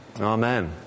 Amen